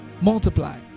Multiply